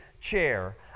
chair